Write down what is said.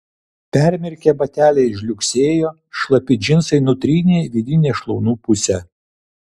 permirkę bateliai žliugsėjo šlapi džinsai nutrynė vidinę šlaunų pusę